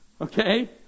Okay